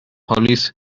hollis